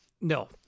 no